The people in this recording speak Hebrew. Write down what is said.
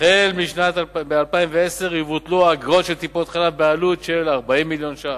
החל ב-2010 יבוטלו האגרות של טיפות-חלב בעלות של 40 מיליון שקלים.